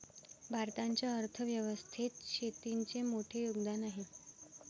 भारताच्या अर्थ व्यवस्थेत शेतीचे मोठे योगदान आहे